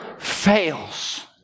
fails